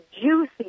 juicy